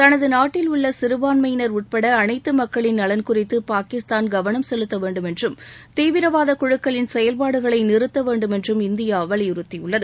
தனது நாட்டில் உள்ள சிறுபான்மையினர் உட்பட அனைத்து மக்களின் நலன் குறித்து பாகிஸ்தான் கவனம் செலுத்த வேண்டும் என்றும் தீவிரவாத குழுக்களின் செயல்பாடுகளை நிறுத்த வேண்டும் என்றும் இந்தியா வலியுறுத்தியுள்ளது